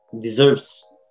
deserves